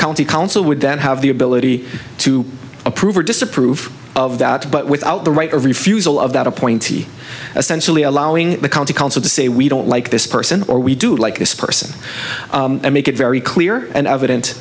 county council would then have the ability to approve or disapprove of that but without the right of refusal of that appointee essentially allowing the county council to say we don't like this person or we do like this person and make it very clear and eviden